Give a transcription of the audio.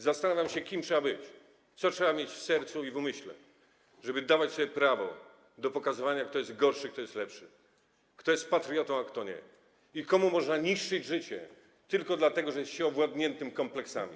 Zastanawiam się, kim trzeba być, co trzeba mieć w sercu i w umyśle, żeby dawać sobie prawo do pokazywania, kto jest gorszy, kto jest lepszy, kto jest patriotą, a kto nie i komu można niszczyć życie tylko dlatego, że jest się owładniętym kompleksami.